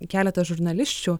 keletas žurnalisčių